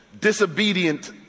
disobedient